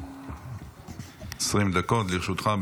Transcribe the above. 20 דקות לרשותך.